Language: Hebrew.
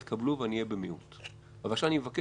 בין אם נתחדשה חברותו בכנסת לפי הוראות סעיף 42ג(ג) לחוק-יסוד: הכנסת,